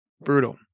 Brutal